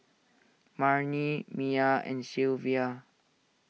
Marni Miah and Sylvia